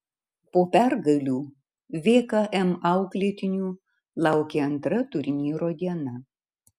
po pergalių vkm auklėtinių laukė antra turnyro diena